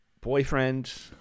boyfriend